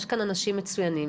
יש כאן אנשים מצוינים,